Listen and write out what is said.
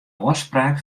ôfspraak